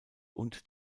und